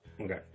Okay